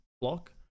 block